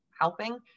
helping